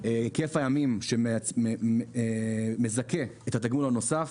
היקף הימים שמזכה את התגמול הנוסף,